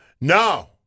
No